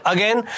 Again